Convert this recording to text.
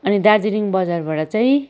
अनि दार्जिलिङ बजारबाट चाहिँ